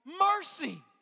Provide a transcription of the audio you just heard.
mercy